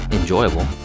enjoyable